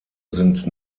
sind